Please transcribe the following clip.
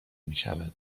میشود